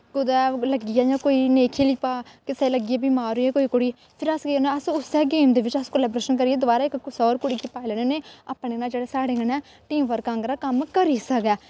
कुतै लग्गी जा जां नेईं खेढी पा कुसै गी लग्गी जा बमार होई जा कुड़ी फिर अस केह् करने उस्सै गेम दे बिच्च कलैबोरेशन करियै कुसै होर कुड़ी गी बिच्च पाई लैन्ने होन्ने अपने नै जेह्ड़ी साढ़े नै टीम वर्क आंह्गर कम्म करी सकै